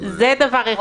אותן בדיעבד.